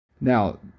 Now